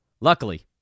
Luckily